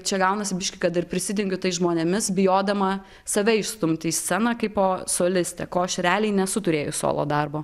čia gaunasi biškį kad ir prisidengiu tais žmonėmis bijodama save išstumti į sceną kaipo solistę ko aš realiai nesu turėjus solo darbo